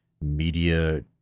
media